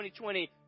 2020